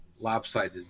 lopsided